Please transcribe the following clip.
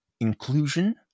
inclusion